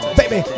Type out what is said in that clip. baby